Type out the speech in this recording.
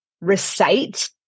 recite